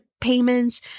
payments